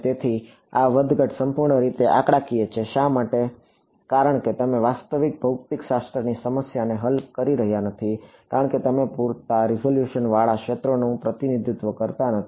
તેથી આ વધઘટ સંપૂર્ણ રીતે આંકડાકીય છે શા માટે કારણ કે તમે વાસ્તવિક ભૌતિકશાસ્ત્રની સમસ્યાને હલ કરી રહ્યા નથી કારણ કે તમે પૂરતા રીઝોલ્યુશનવાળા ક્ષેત્રોનું પ્રતિનિધિત્વ કરતા નથી